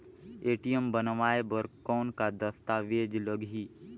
ATM बनवाय बर कौन का दस्तावेज लगही?